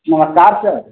नमस्कार सर